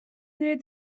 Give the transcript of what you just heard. new